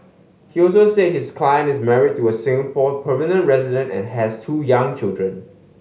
he also said his client is married to a Singapore permanent resident and has two young children